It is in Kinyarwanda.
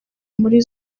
muri